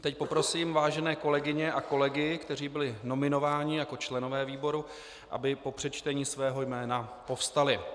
Teď poprosím vážené kolegyně a kolegy, kteří byli nominováni jako členové výboru, aby po přečtení svého jména povstali.